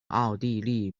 奥地利